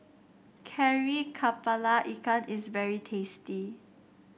Kari kepala Ikan is very tasty